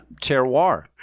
Terroir